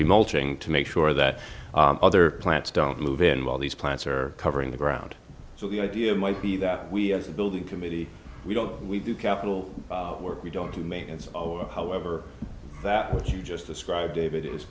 mulching to make sure that other plants don't move in while these plants are covering the ground so the idea might be that we as a building committee we don't we do capital work we don't do maintenance however that what you just described david is